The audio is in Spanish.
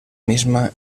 misma